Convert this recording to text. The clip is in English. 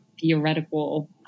theoretical